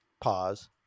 pause